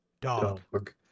Dog